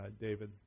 David